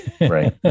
right